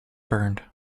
burned